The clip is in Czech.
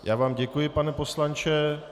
Já vám děkuji, pane poslanče.